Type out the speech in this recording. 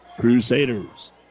Crusaders